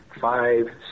five